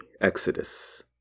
Exodus